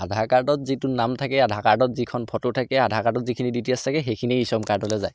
আধাৰ কাৰ্ডত যিটো নাম থাকে আধাৰ কাৰ্ডত যিখন ফটো থাকে আধাৰ কাৰ্ডত যিখিনি ডিটেইচল থাকে সেইখিনি ই শ্ৰম কাৰ্ডলৈ যায়